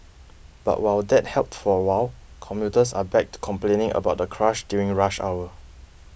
but while that helped for a while commuters are back to complaining about the crush during rush hour